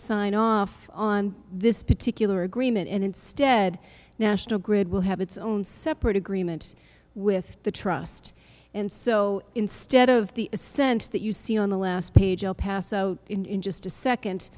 sign off on this particular agreement and instead national grid will have its own separate agreement with the trust and so instead of the ascent that you see on the last page i'll pass out in just a second